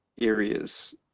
areas